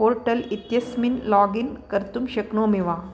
portal इत्यस्मिन् login कर्तुं शक्नोमि वा